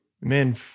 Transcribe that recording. men